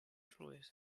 truest